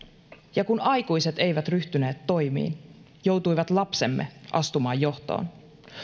ja kun aikuiset eivät ryhtyneet toimiin joutuivat lapsemme astumaan johtoon